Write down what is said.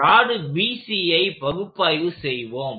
rod BCஐ பகுப்பாய்வு செய்வோம்